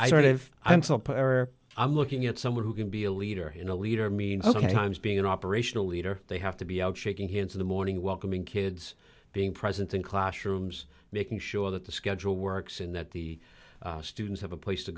power i'm looking at someone who can be a leader in a leader mean sometimes being an operational leader they have to be out shaking hands in the morning welcoming kids being present in classrooms making sure that the schedule works and that the students have a place to